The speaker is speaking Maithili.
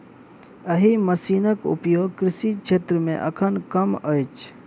एहि मशीनक उपयोग कृषि क्षेत्र मे एखन कम अछि